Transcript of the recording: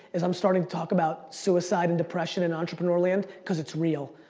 is i'm starting to talk about suicide and depression in entrepreneur land cause it's real.